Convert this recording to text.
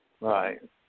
Right